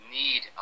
need